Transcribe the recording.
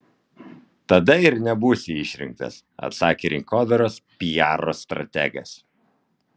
tada ir nebūsi išrinktas atsakė rinkodaros piaro strategas